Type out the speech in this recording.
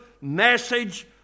message